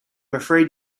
afraid